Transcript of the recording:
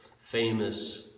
famous